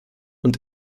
und